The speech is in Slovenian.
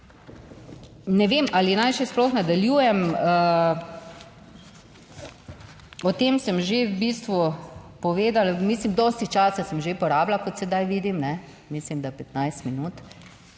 ne vem, ali naj še sploh nadaljujem. O tem sem že v bistvu povedala, mislim dosti časa sem že porabila, kot sedaj vidim, ne mislim, da 15 minut,